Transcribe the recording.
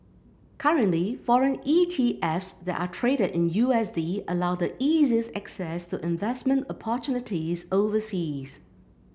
currently foreign E T Fs that are traded in U S D allow the easiest access to investment opportunities overseas